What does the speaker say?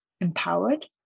empowered